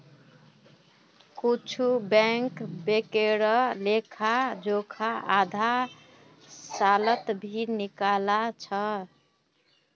कुछु बैंक बैंकेर लेखा जोखा आधा सालत भी निकला छ